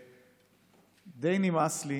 שדי נמאס לי